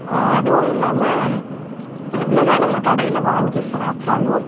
அதுவும் இல்லாமல் எவ்வளோ தான் நம்ம கடையில் வாங்கி சாப்பிட்டாலும்